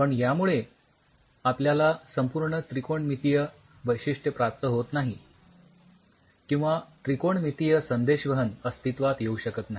पण यामुळे याला संपूर्ण त्रिकोणमितीय वैशिठ्य प्राप्त होत नाही किंवा त्रिकोणमितीय संदेशवहन अस्तित्वात येऊ शकत नाही